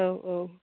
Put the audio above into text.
औ औ